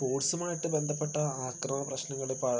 സ്പോർട്സുമായിട്ട് ബന്ധപ്പെട്ട അക്രമം പ്രശ്നങ്ങൾ പാ